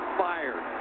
fired